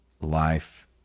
life